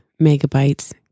megabytes